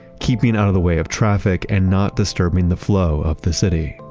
keeping out of the way of traffic and not disturbing the flow of the city.